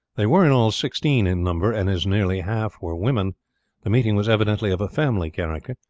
there were in all sixteen in number, and as nearly half were women the meeting was evidently of a family character,